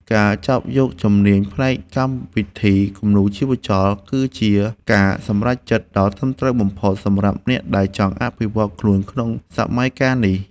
ការចាប់យកជំនាញផ្នែកកម្មវិធីគំនូរជីវចលគឺជាការសម្រេចចិត្តដ៏ត្រឹមត្រូវបំផុតសម្រាប់អ្នកដែលចង់អភិវឌ្ឍខ្លួនក្នុងសម័យកាលនេះ។